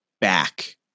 back